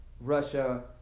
Russia